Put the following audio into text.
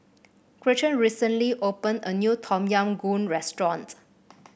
Gretchen recently opened a new Tom Yam Goong restaurant